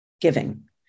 giving